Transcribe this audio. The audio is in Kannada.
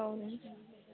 ಹೌದೇನು ಸರ್